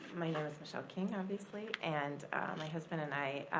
my name is michele king, obviously. and my husband and i